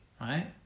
right